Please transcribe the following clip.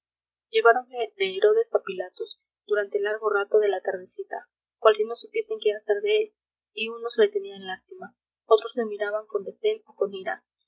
lleváronle de herodes a pilatos durante largo rato de la tardecita cual si no supiesen qué hacer de él y unos le tenían lástima otros le miraban con desdén o con ira